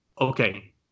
okay